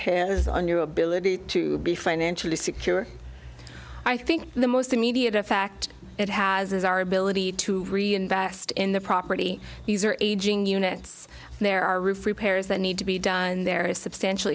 s on your ability to be financially secure i think the most immediate effect it has is our ability to reinvest in the property these are aging units there are roof repairs that need to be done there is substantial